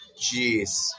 jeez